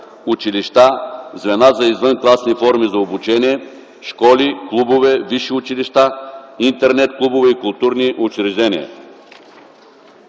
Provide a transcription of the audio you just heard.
училища, звена за извънкласни форми за обучение, школи, клубове, висши училища, интернет клубове и културни учреждения.